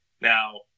Now